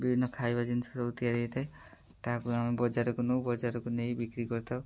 ବିଭିନ୍ନ ଖାଇବା ଜିନିଷ ସବୁ ତିଆରି ହେଇଥାଏ ତାହାକୁ ଆମେ ବଜାରକୁ ନେଉ ବଜାରକୁ ନେଇ ବିକ୍ରି କରିଥାଉ